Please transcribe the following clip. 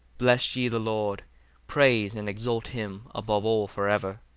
bless ye the lord praise and exalt him above all for ever.